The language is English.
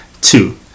Two